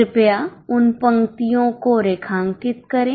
कृपया उन पंक्तियों को रेखांकित करें